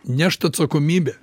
nešt atsakomybę